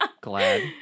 Glad